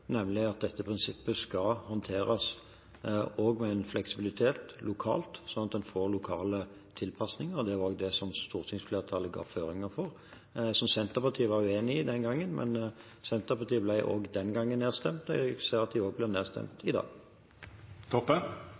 fleksibilitet lokalt, slik at en får lokale tilpasninger. Det var også det som stortingsflertallet ga føringer for, og som Senterpartiet var uenig i den gangen. Men Senterpartiet ble den gangen nedstemt, og de ser ut til å bli nedstemt også i dag.